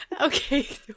Okay